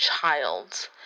child